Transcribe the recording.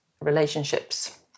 relationships